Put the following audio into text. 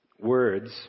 words